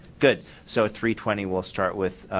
good. so three twenty we'll start with